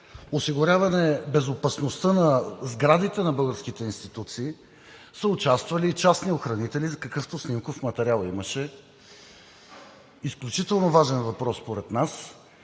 осигуряване безопасността на сградите на българските институции са участвали и частни охранители, какъвто снимков материал имаше? Изключително важен въпрос е според нас,